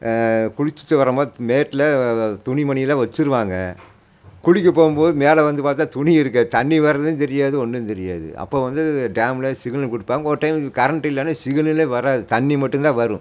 குளிச்சுட்டு வரும் போது மேட்டில் துணிமணிலாம் வச்சுருவாங்க குளிக்கப் போகும் போது மேலே வந்து பார்த்தா துணி இருக்காது தண்ணி வர்றதும் தெரியாது ஒன்னும் தெரியாது அப்போது வந்து டேம்ல சிக்னல் கொடுப்பாங்க ஒரு டைம் கரண்ட் இல்லைன்னா சிக்னலே வராது தண்ணி மட்டுந்தான் வரும்